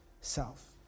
self